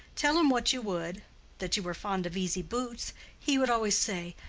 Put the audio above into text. tell him what you would that you were fond of easy boots he would always say,